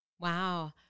Wow